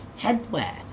headwear